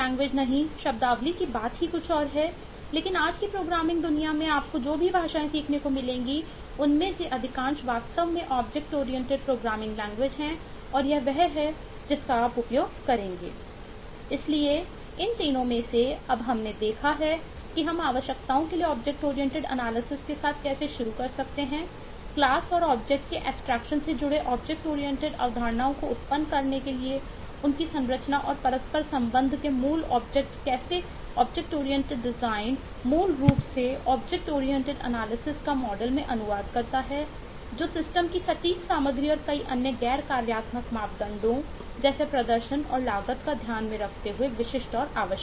इसलिए इन तीनों में से अब हमने देखा है कि हम आवश्यकताओं के लिए ऑब्जेक्ट ओरिएंटेड एनालिसिस की सटीक सामग्री और कई अन्य गैर कार्यात्मक मापदंडों जैसे प्रदर्शन और लागत को ध्यान में रखते हुए विशिष्ट और आवश्यक है